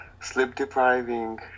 sleep-depriving